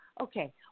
Okay